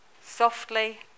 Softly